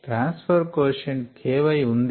trans far quotient kyఉంది